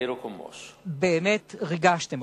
באמת ריגשתם אותי.